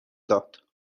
داد